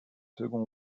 second